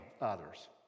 others